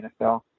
NFL